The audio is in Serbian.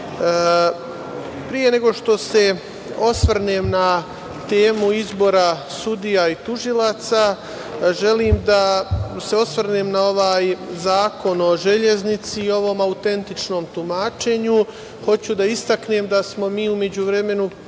pre nego što se osvrnem na temu izbora sudija i tužilaca, želim da se osvrnem na ovaj Zakon o železnici i ovom autentičnom tumačenju. Hoću da istaknem da smo mi u međuvremenu